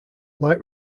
like